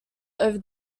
over